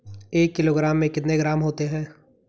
एक किलोग्राम में कितने ग्राम होते हैं?